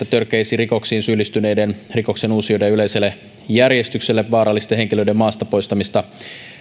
törkeisiin rikoksiin syyllistyneiden rikoksen uusijoiden ja yleiselle järjestykselle vaarallisten henkilöiden maasta poistamista